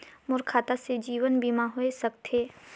मोर खाता से जीवन बीमा होए सकथे?